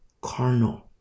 carnal